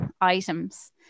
items